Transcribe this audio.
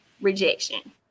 rejection